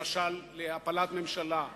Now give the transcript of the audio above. למשל להפלת הממשלה,